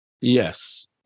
Yes